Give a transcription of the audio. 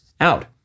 out